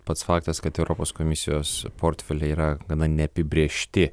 pats faktas kad europos komisijos portfeliai yra gana neapibrėžti